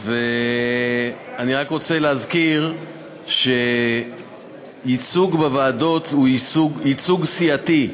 ואני רק רוצה להזכיר שייצוג בוועדות הוא ייצוג סיעתי,